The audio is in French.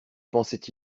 pensaient